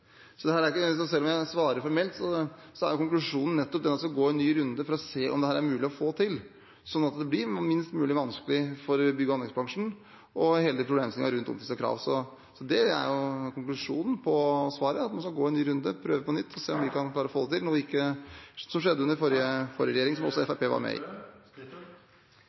for å se om dette er mulig å få til, sånn at det blir minst mulig vanskelig for bygge- og anleggsbransjen med hele problemstillingen rundt omtvistede krav. Det er konklusjonen og svaret, at man skal gå en ny runde, prøve på nytt og se om vi kan klare å få det til – noe som ikke skjedde under forrige regjering, som også Fremskrittspartiet var med